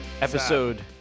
episode